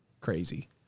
crazy